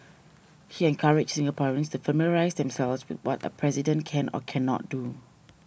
he encouraged Singaporeans to familiarise themselves with what a President can or cannot do